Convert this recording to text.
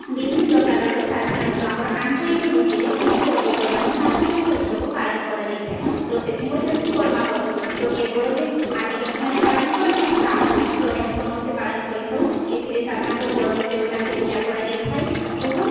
ବିଭିନ୍ନ ପ୍ରକାରର ସାଧାରଣତଃ ଆମର ଆଞ୍ଚଳିକ ଭିତ୍ତିରେ ବହୁ ପର୍ବପର୍ବାଣି ସାଂସ୍କୃତିକ ଉତ୍ସବ ପାଳନ କରାଯାଇଥାଏ ତ ସେଥିମଧ୍ୟରୁ କରମା ପର୍ବ ତ କେବଳ ଯେ ଆଦିବାସୀମାନେ ପାଳନ କରନ୍ତି ତା ନୁହେଁ ତ ଏହା ସମସ୍ତେ ପାଳନ କରିଥାଉ ଏଥିରେ ସାଧାରଣତଃ କରମ ଦେବତାଙ୍କୁ ପୂଜା କରାଯାଇଥାଏ ବହୁ